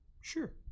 sure